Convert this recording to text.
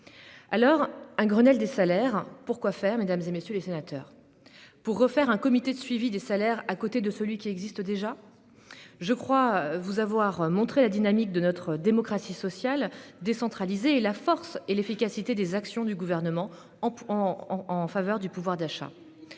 Alors un Grenelle des salaires, pour quoi faire, mesdames, messieurs les sénateurs ? Pour instaurer un comité de suivi des salaires à côté de celui qui existe déjà ? Je pense vous avoir montré la dynamique de notre démocratie sociale décentralisée et la force et l'efficacité des actions du Gouvernement en faveur du pouvoir d'achat.